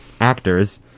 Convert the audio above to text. actors